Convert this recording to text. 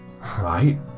right